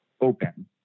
open